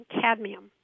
cadmium